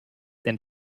denn